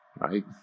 right